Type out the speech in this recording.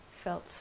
felt